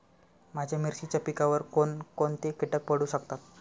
माझ्या मिरचीच्या पिकावर कोण कोणते कीटक पडू शकतात?